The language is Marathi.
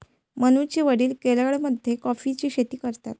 मनूचे वडील केरळमध्ये कॉफीची शेती करतात